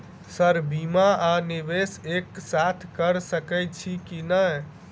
Sir बीमा आ निवेश एक साथ करऽ सकै छी की न ई?